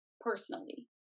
Personally